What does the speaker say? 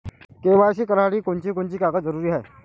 KYC करासाठी कोनची कोनची कागद जरुरी हाय?